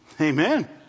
Amen